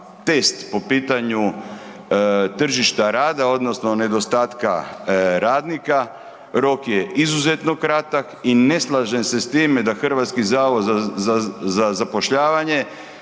test po pitanju tržišta rada odnosno nedostatka radnika, rok je izuzetno kratak i ne slažem se da HZZ daje mišljenje